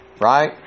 right